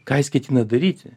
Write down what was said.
ką jis ketina daryti